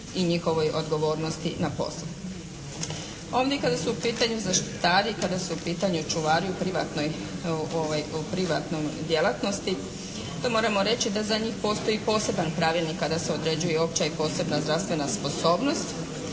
i njihovoj odgovornosti na poslu. Ovdje kada su u pitanju zaštitari, kada su u pitanju čuvari u privatnoj djelatnosti to moramo reći da za njih postoji poseban pravilnik kada se određuje opća i posebna zdravstvena sposobnost,